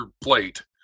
plate